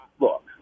look